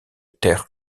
ter